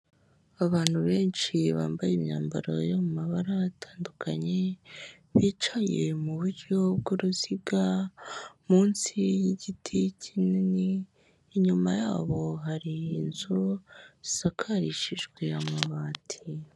Abantu benshi bambaye imyambaro yo mu mabara atandukanye, bicaye mu buryo bw'uruziga munsi y'igiti kinini, inyuma yabo hari inzu zisakarishijwe amabati.